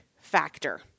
factor